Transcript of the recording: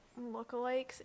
lookalikes